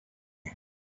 that